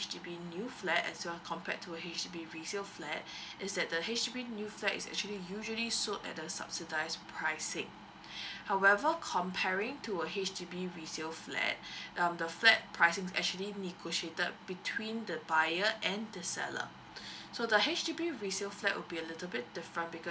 H_D_B new flat as compared to H_D_B resale flat is that the H_D_B new flat is actually usually sold at the subsidised pricing however comparing to a H_D_B resale flat um the flat pricing actually negotiated between the buyer and the seller so the H_D_B resale flat would be a little bit different because